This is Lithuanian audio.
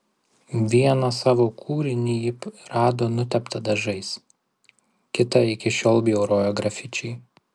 vieną savo kūrinį ji rado nuteptą dažais kitą iki šiol bjauroja grafičiai